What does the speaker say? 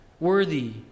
worthy